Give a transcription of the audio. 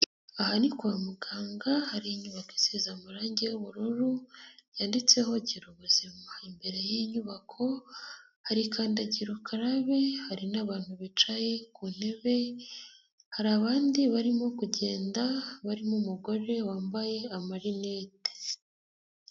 Aha ni kwa muganga hari inyubako isize amarangi y'ubururu, yanditseho gira ubuzima. Imbere y'iyi nyubako, hari kandagira ukararabe hari n'abantu bicaye ku ntebe, hari abandi barimo kugenda barimo umugore wambaye amarinete.